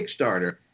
Kickstarter